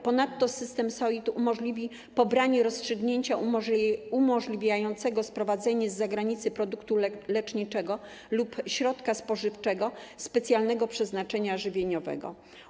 Ponadto system SOID umożliwi pobranie rozstrzygnięcia umożliwiającego sprowadzenie z zagranicy produktu leczniczego lub środka spożywczego specjalnego przeznaczenia żywieniowego.